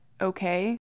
okay